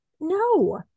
No